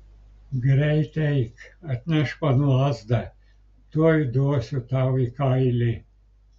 greit eik atnešk man lazdą tuoj duosiu tau į kailį